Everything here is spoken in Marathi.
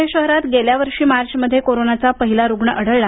पुणे शहरात गेल्या वर्षी मार्चमध्ये कोरोनाचा पहिला रुग्ण आढळला